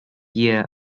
year